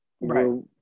right